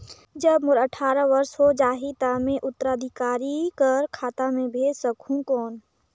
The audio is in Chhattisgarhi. जब मोर अट्ठारह वर्ष हो जाहि ता मैं उत्तराधिकारी कर खाता मे भेज सकहुं कौन?